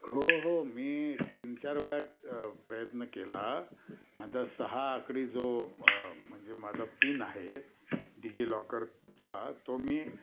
हो हो मी तीन चार वेळा प्रयत्न केला माझा सहा आकडी जो प म्हणजे माझा पिन आहे डिजिलॉकरचा तो मी